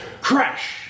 crash